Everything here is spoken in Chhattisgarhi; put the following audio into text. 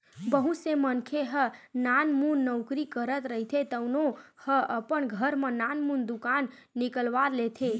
बहुत से मनखे ह नानमुन नउकरी करत रहिथे तउनो ह अपन घर म नानमुन दुकान निकलवा लेथे